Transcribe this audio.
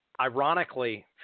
ironically